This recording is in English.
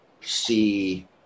see